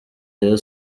rayon